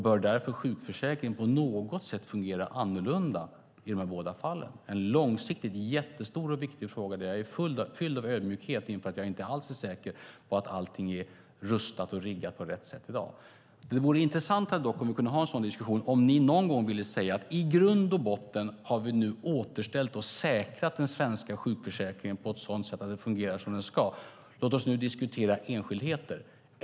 Bör därför sjukförsäkringen på något sätt fungera annorlunda i de båda fallen? Det är en långsiktig, jättestor och viktig fråga. Jag är fylld av ödmjukhet inför att jag inte alls är säker på att allting är rustat och riggat på rätt sätt i dag. Det vore intressant dock om vi kunde ha en sådan diskussion. Om ni ändå någon gång ville säga att vi nu har återställt och säkrat den svenska sjukförsäkringen på ett sådant sätt att den fungerar som den ska, låt oss nu diskutera enskildheter.